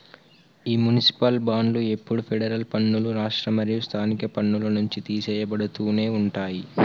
ఈ మునిసిపాల్ బాండ్లు ఎప్పుడు ఫెడరల్ పన్నులు, రాష్ట్ర మరియు స్థానిక పన్నుల నుంచి తీసెయ్యబడుతునే ఉంటాయి